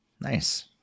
Nice